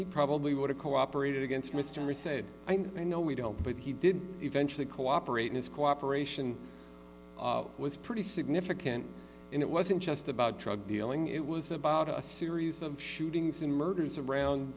he probably would have cooperated against mr said i know we don't but he did eventually cooperate in his cooperation was pretty significant and it wasn't just about drug dealing it was about a series of shootings and murders around